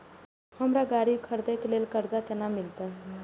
हमरा गाड़ी खरदे के लिए कर्जा केना मिलते?